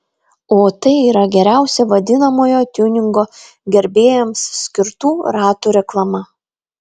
o tai yra geriausia vadinamojo tiuningo gerbėjams skirtų ratų reklama